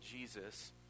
Jesus